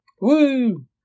Woo